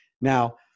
Now